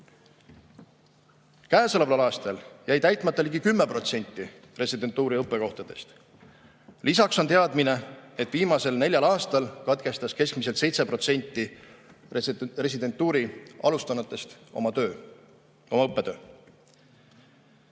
Käesoleval aastal jäi täitmata ligi 10% residentuuri õppekohtadest. Lisaks on teadmine, et viimasel neljal aastal katkestas keskmiselt 7% residentuuri alustanutest oma õppetöö.